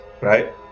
right